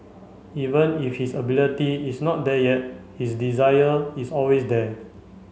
even if his ability is not there yet his desire is always there